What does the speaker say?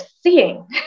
seeing